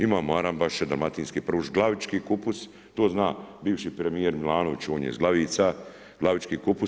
Imamo arambaše, dalmatinski pršut, glavički kupus, to zna bivši premijer Milanović, on je iz Glavica, glavički kupus.